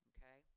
Okay